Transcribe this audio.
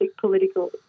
political